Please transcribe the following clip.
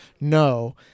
no